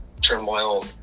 turmoil